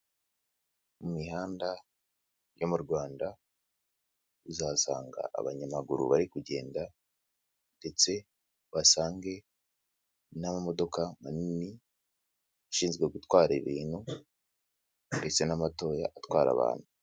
Mu mihanda yo mu Rwanda, uzahasanga abanyamaguru bari kugenda ndetse uhasange n'amamodoka manini ashinzwe gutwara ibintu ndetse n'amatoya atwara abantu.